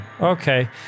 Okay